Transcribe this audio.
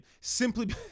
simply